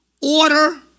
order